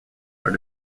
are